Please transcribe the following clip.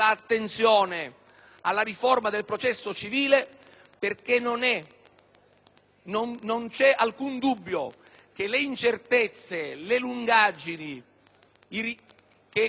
non c'è alcun dubbio che le incertezze e le lungaggini che contraddistinguono questa parte dell'amministrazione della giustizia hanno effetti